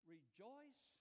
Rejoice